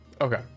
Okay